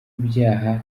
ibyaha